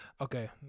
okay